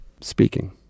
speaking